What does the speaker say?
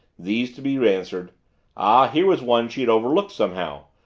these to be answered ah, here was one she had overlooked somehow.